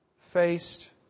faced